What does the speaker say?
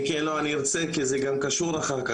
קשור,